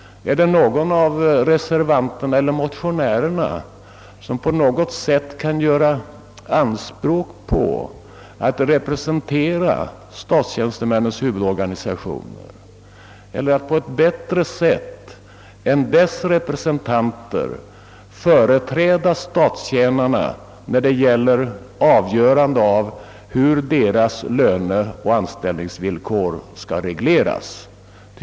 Kan någon av reservanterna eller motionärerna på något sätt göra anspråk på att representera statstjänstemännens huvudorganisationer eller på ett bättre sätt än dess representanter företräda statstjänarna när det gäller avgörande av hur deras löner och anställningsvillkor skall regleras?